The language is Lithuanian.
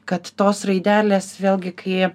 kad tos raidelės vėlgi kai